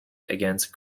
against